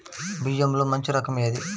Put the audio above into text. బియ్యంలో మంచి రకం ఏది?